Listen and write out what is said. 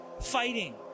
fighting